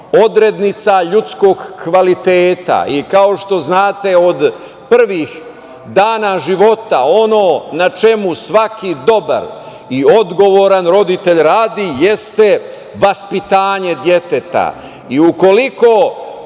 odrednica ljudskog kvaliteta i kao što znate od prvih dana života ono na čemu svaki dobar i odgovoran roditelj radi jeste vaspitanje deteta. Ukoliko